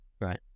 Right